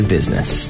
Business